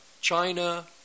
China